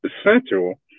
essential